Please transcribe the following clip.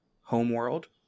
homeworld